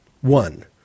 One